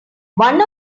one